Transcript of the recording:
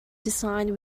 designed